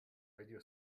radio